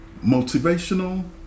motivational